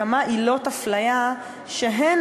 כמה עילות הפליה, שהן